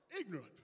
Ignorant